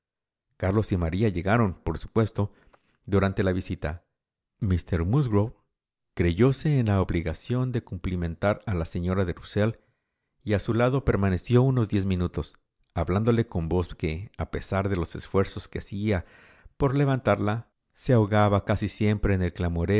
carlos y maría llegaron por supuesto durante la visita míster musgrove creyóse en la obligación de cumplimentar a la señora de rusell y a su lado permaneció unos diez minutos hablándole con voz que a pesar de los esfuerzos que hacía por levantarla se ahogaba casi siempre en el